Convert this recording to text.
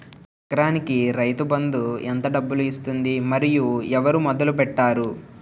ఎకరానికి రైతు బందు ఎంత డబ్బులు ఇస్తుంది? మరియు ఎవరు మొదల పెట్టారు?